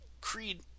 Creed